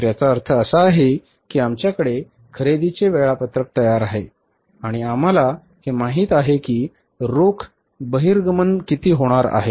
तर याचा अर्थ असा आहे की आमच्याकडे खरेदीचे वेळापत्रक तयार आहे आणि आम्हाला हे माहित आहे की रोख बहिर्गमन किती होणार आहे